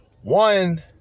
One